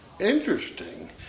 interesting